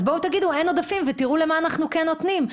אז תגידו שאין עודפים ותראו למה אנחנו כן נותנים.